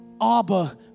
Abba